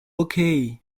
okay